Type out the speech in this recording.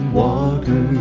water